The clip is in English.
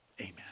amen